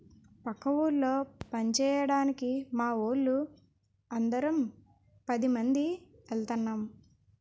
పక్క ఊళ్ళో పంచేయడానికి మావోళ్ళు అందరం పదిమంది ఎల్తన్నం